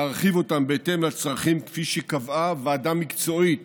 להרחיב אותם בהתאם לצרכים, כפי שקבעה ועדה מקצועית